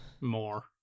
more